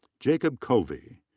jacob covey.